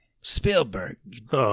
Spielberg